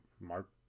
Mark